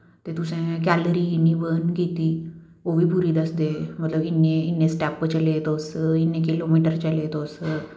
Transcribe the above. ते तुसें कैल्लरी इन्नी वर्न कीती ओह् बी पूरी दसदे मतलव इन्ने स्टैप्प चले तुस इन्ने किलो मीटर चले तुस